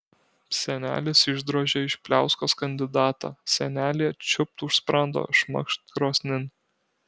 senelis išdrožė iš pliauskos kandidatą senelė čiūpt už sprando šmakšt krosnin